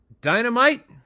Dynamite